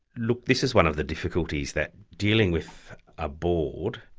look, this is one of the difficulties that dealing with a board,